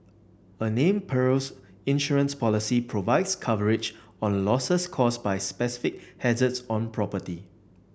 a named perils insurance policy provides coverage on losses caused by specific hazards on property